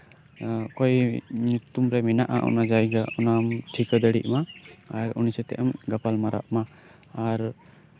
ᱚᱠᱚᱭ ᱧᱩᱛᱩᱢᱨᱮ ᱢᱮᱱᱟᱜᱼᱟ ᱚᱱᱟ ᱡᱟᱭᱜᱟ ᱚᱱᱟᱢ ᱴᱷᱤᱠᱟᱹ ᱫᱟᱲᱮᱭᱟᱜ ᱢᱟ ᱟᱨ ᱩᱱᱤ ᱥᱟᱛᱮᱢ ᱜᱟᱯᱟᱞ ᱢᱟᱨᱟᱜ ᱢᱟ ᱟᱨ